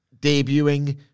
debuting